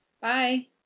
Bye